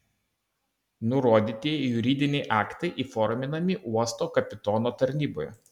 nurodytieji juridiniai aktai įforminami uosto kapitono tarnyboje